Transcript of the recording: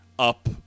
up